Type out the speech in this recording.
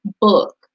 book